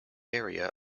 area